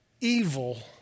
evil